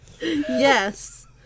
Yes